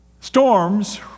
Storms